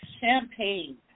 champagne